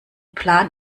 plan